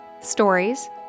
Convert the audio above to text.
stories